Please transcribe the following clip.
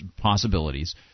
possibilities –